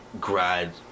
grad